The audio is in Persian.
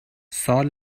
سال